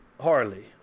Harley